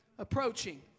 approaching